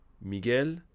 Miguel